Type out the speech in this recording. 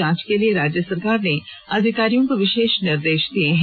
जांच के लिए राज्य सरकार ने अधिकारियों को विशेष निर्देश दिये हैं